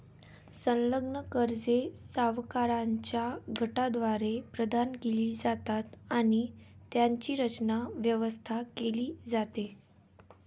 संलग्न कर्जे सावकारांच्या गटाद्वारे प्रदान केली जातात आणि त्यांची रचना, व्यवस्था केली जाते